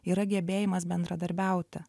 yra gebėjimas bendradarbiauti